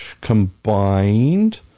combined